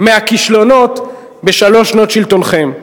מהכישלונות בשלוש שנות שלטונכם,